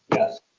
yes.